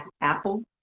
apple